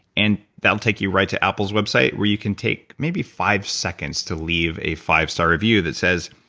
and that will take you right to apple's website where you can take maybe five seconds to leave a five star review that says,